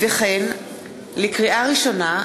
לקריאה ראשונה,